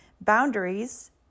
boundaries